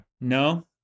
No